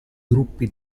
gruppi